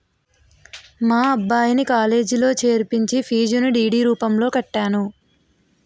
మా అబ్బాయిని కాలేజీలో చేర్పించి ఫీజును డి.డి రూపంలో కట్టాను